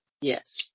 yes